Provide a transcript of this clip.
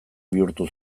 bihurtu